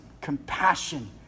compassion